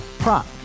Prop